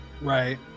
right